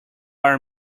are